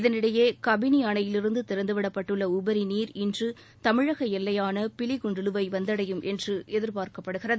இதனிடையே கபினி அணையிலிருந்து திறந்துவிடப்பட்டுள்ள உபரி நீர் இன்று தமிழக எல்லையான பிலிகுண்டுவை வந்தடையும் என்று எதிர்பார்க்கப்படுகிறது